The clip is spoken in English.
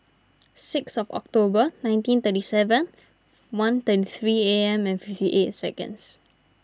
sixth October nineteen thirty seven one thirty three A M and fifty eight seconds